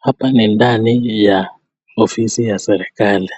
Hapa ni ndani ya ofisi ya serikali.